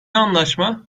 anlaşma